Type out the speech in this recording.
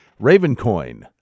Ravencoin